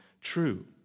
true